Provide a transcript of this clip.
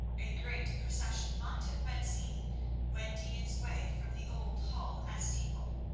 a great procession might have been seen wending its way from the old hall at steeple.